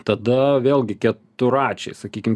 tada vėlgi keturračiai sakykim